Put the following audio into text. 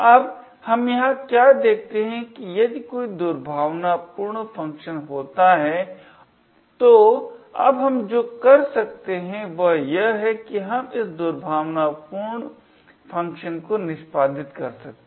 अब हम यहां क्या देखते हैं कि यदि कोई दुर्भावनापूर्ण फंक्शन होता है तो अब हम जो कर सकते हैं वह यह है कि हम इस दुर्भावनापूर्ण फंक्शन को निष्पादित कर सकते हैं